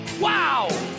Wow